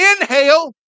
inhale